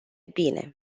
bine